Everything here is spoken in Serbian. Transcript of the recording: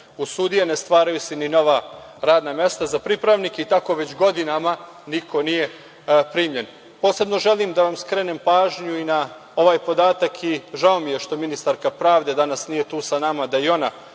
ne stvaraju se ni nova radna mesta za pripravnike i tako već godinama niko nije primljen. Posebno želim da vam skrenem pažnju na ovaj podatak i žao mi je što ministarka pravde danas nije ovde sa nama da čuje,